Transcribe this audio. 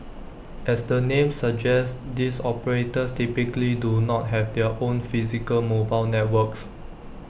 as the name suggests these operators typically do not have their own physical mobile networks